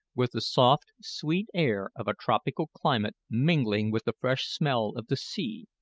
with the soft, sweet air of a tropical climate mingling with the fresh smell of the sea,